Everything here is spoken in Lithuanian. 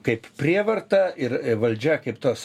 kaip prievarta ir valdžia kaip tos